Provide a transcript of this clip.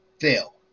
fail